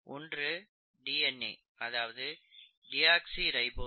ஒன்று டிஎன்ஏ அதாவது டியோக்ஸிரைபோஸ்